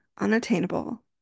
unattainable